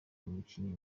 umukinnyi